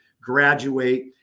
graduate